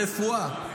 ברפואה,